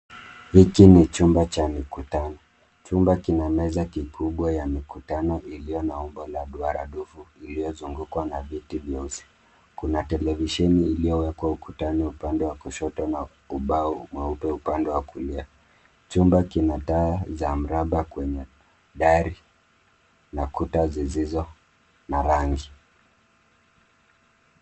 Hiki ni chumba cha mikutano. Chumba kina meza kikubwa ya mikutano iliyo na umbo la duaradufu iliyozungukwa na viti vyeusi. Kuna televisheni iliyowekwa ukutani upande wa kushoto na ubao mweupe upande wa kulia. Chumba kina taa za mraba kwenye dari na kuta zilizo na rangi.